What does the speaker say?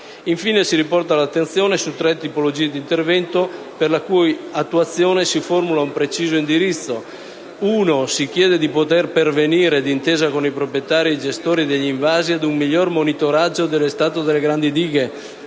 Infine, si riporta l'attenzione su tre tipologie di intervento per la cui attuazione si formula un preciso indirizzo. In primo luogo, si chiede di poter pervenire, d'intesa con i proprietari e gestori degli invasi, ad un migliore monitoraggio dello stato delle grandi dighe